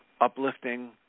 uplifting